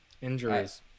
Injuries